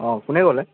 অঁ কোনে ক'লে